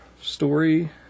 story